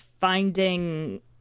finding